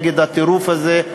נגד הטירוף הזה,